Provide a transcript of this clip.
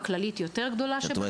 הכללית היא הגדולה ביותר.